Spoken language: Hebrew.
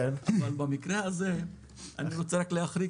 אבל במקרה הזה אני רק רוצה להחריג את עצמי.